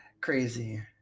Crazy